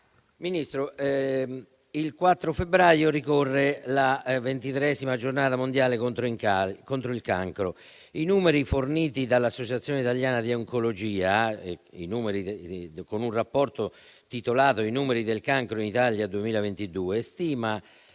Ministro, il 4 febbraio ricorre la 23ª Giornata mondiale contro il cancro. I numeri forniti dall'Associazione italiana di oncologia, nel rapporto intitolato «I numeri del cancro in Italia 2022», stimano